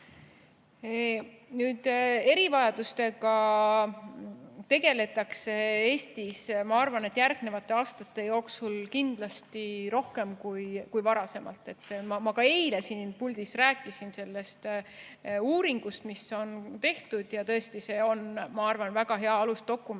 Erivajadustega tegeletakse Eestis, ma arvan, järgnevate aastate jooksul kindlasti veidi rohkem kui varasemalt. Ma ka eile siin puldis rääkisin sellest uuringust, mis on tehtud. Tõesti, see on, ma arvan, väga hea alusdokument.